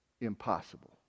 impossible